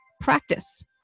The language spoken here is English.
practice